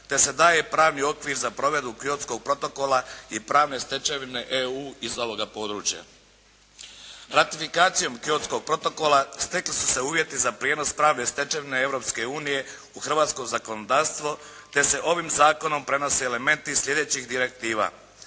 te se daje pravni okvir za provedbu Kyotskog protokola i pravne stečevine EU iz ovoga područja. Ratifikacijom Kyotskog protokola stekli su se uvjeti za prijenos pravne stečevine Europske unije u hrvatsko zakonodavstvo te se ovim zakonom prenose elementi sljedećih direktiva.